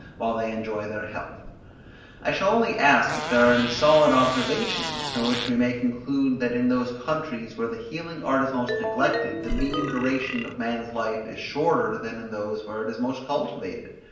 while they enjoy their health i shall only ask if there are any solid observations from which we may conclude that in those countries where the healing art is most neglected, the mean duration of man's life is shorter than in those where it is most cultivated?